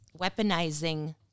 weaponizing